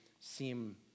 seem